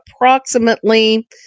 approximately